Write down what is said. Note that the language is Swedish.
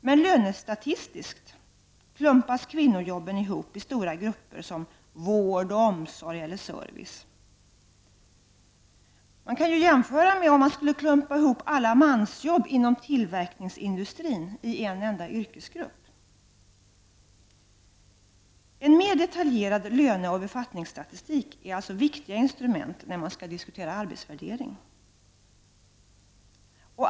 Men lönestatistiskt klumpas kvinnojobben ihop i stora grupper -- som vård, omsorg eller service. Men jämför med om man klumpade ihop alla mansjobb inom tillverkningsindustrin i enda yrkesgrupp! En mera detaljerad löne och befattningsstatistik är alltså ett viktigt instrument när man diskuterar arbetsvärdering.